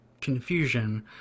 confusion